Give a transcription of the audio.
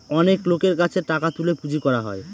অনেক লোকের কাছে টাকা তুলে পুঁজি করা হয়